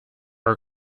are